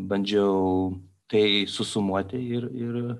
bandžiau tai susumuoti ir ir